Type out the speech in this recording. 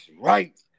right